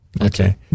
Okay